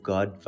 God